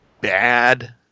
bad